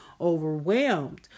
overwhelmed